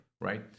right